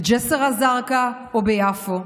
בג'יסר א-זרקא או ביפו.